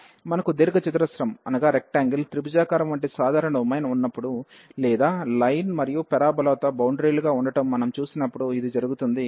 మనకు దీర్ఘ చతురస్రం త్రిభుజాకారం వంటి సాధారణ డొమైన్ ఉన్నప్పుడు లేదా లైన్ మరియు పారాబొలాతో బౌండరీ లుగా ఉండటం మనం చూసినప్పుడు ఇది జరుగుతుంది